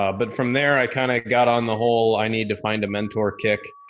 ah but from there i kinda got on the whole, i need to find a mentor kick.